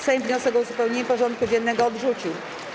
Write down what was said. Sejm wniosek o uzupełnienie porządku dziennego odrzucił.